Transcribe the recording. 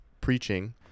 preaching